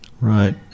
right